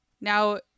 Now